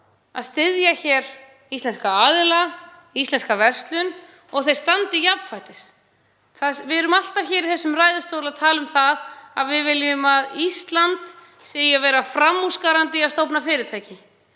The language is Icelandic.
að styðja íslenska aðila, íslenska verslun og að þeir standi jafnfætis. Við erum alltaf hér í þessum ræðustól að tala um það að við viljum að Ísland skari fram úr í stofnun fyrirtækja,